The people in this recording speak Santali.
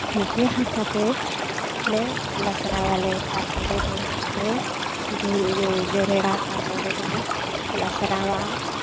ᱢᱟᱹᱴᱭᱟᱹᱲ ᱦᱟᱥᱟ ᱛᱮ ᱞᱮ ᱞᱟᱥᱨᱟᱣᱟᱞᱮ ᱛᱟᱨᱯᱚᱨᱮ ᱫᱚᱞᱮ ᱜᱩᱞ ᱤᱭᱟᱹ ᱡᱮᱨᱮᱲᱟ ᱛᱟᱨᱯᱚᱨᱮ ᱫᱚᱞᱮ ᱞᱟᱥᱨᱟᱣᱟ